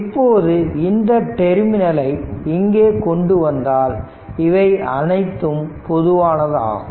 இப்போது இந்த டெர்மினல் ஐ இங்கே கொண்டு வந்தால் இவை அனைத்தும் பொதுவானதாகும்